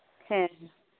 ᱦᱮᱸ